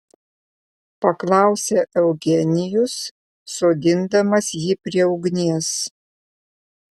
paklausė eugenijus sodindamas jį prie ugnies